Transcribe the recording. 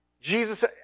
Jesus